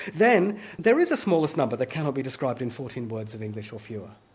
then there is a smallest number that cannot be described in fourteen words of english or fewer,